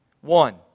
one